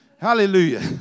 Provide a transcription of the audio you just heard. Hallelujah